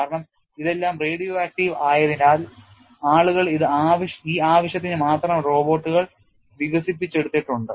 കാരണം ഇതെല്ലാം radioactive ആയതിനാൽ ആളുകൾ ഈ ആവശ്യത്തിനായി മാത്രം റോബോട്ടുകൾ വികസിപ്പിച്ചെടുത്തിട്ടുണ്ട്